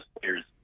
players